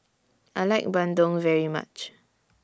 I like Bandung very much